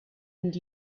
and